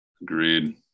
Agreed